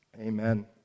Amen